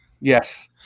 yes